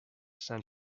saint